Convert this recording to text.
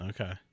Okay